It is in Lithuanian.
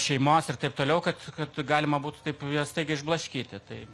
šeimos ir taip toliau kad kad galima būtų taip staigiai išblaškyti tai